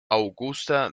augusta